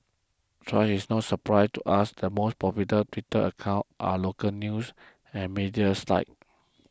thus it's no surprise to us the most popular Twitter accounts are local news and media sites